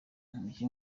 umukinnyi